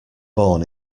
born